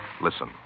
Listen